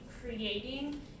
creating